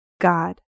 God